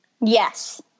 yes